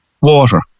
Water